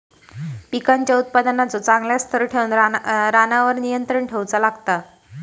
पिकांच्या उत्पादनाचो चांगल्या स्तर ठेऊक रानावर नियंत्रण ठेऊचा लागता